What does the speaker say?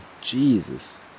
Jesus